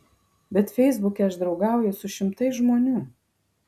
bet feisbuke aš draugauju su šimtais žmonių